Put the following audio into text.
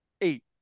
eight